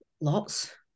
lots